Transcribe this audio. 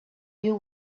you